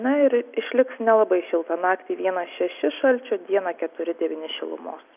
na ir išliks nelabai šilta naktį vienas šeši šalčio dieną keturi devyni šilumos